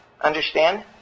Understand